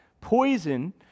poison—